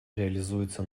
реализуется